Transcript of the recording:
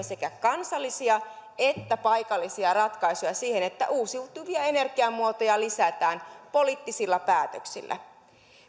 sekä kansallisia että paikallisia ratkaisuja siihen että uusiutuvia energiamuotoja lisätään poliittisilla päätöksillä